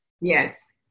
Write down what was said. yes